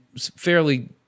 fairly